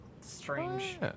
strange